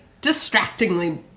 distractingly